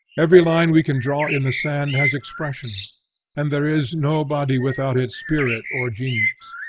every line we can draw in the sand has expression and there is no body without its spirit or genius.